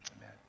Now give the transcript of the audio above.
amen